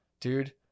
Dude